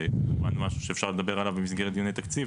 זה משהו שאפשר לדבר עליו במסגרת דיוני תקציב,